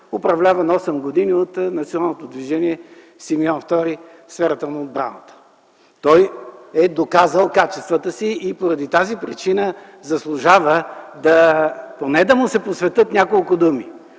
управляван 8 години от Националното движение „Симеон Втори” – сферата на отбраната. Той е доказал качествата си и поради тази причини заслужава поне да му се посветят няколко думи.